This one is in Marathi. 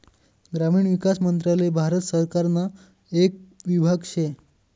ग्रामीण विकास मंत्रालय भारत सरकारना येक विभाग शे